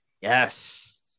Yes